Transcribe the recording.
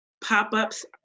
pop-ups